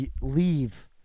leave